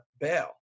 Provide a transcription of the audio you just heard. bail